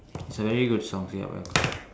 is a very good song fill up well